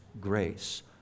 grace